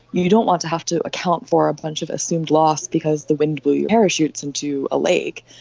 you don't want to have to account for a bunch of assumed loss because the wind blew your parachutes into a lake.